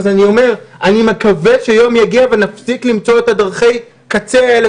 אני מקווה שיום יגיע ונפסיק למצוא את דרכי הקצה האלה